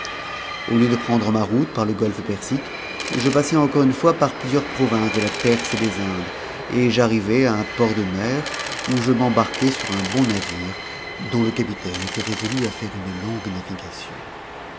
au lieu de prendre ma route par legolfe persique je passai encore une fois par plusieurs provinces de la perse et des indes et j'arrivai à un port de mer où je m'embarquai sur un bon navire dont le capitaine était résolu de faire une longue navigation